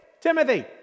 Timothy